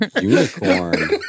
Unicorn